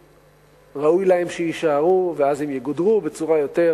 ראוי להם שיישארו ואז הם יגודרו בצורה יותר